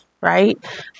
right